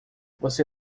você